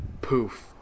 poof